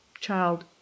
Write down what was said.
child